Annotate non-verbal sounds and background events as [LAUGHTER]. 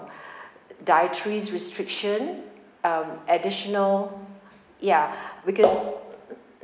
[BREATH] dietary restriction um additional ya [BREATH] because